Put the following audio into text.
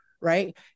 Right